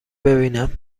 ببینم